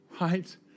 right